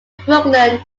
brooklyn